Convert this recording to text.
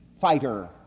fighter